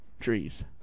trees